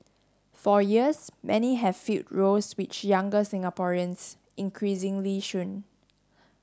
for years many have filled roles which younger Singaporeans increasingly shun